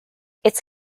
its